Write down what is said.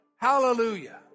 Hallelujah